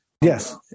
Yes